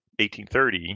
1830